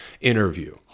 interview